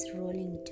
rolling